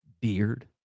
beard